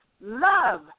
love